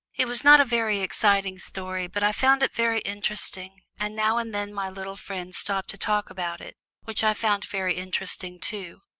it was not a very exciting story, but i found it very interesting, and now and then my little friend stopped to talk about it, which i found very interesting too.